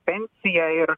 pensiją ir